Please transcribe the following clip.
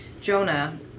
Jonah